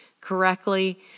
correctly